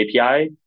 API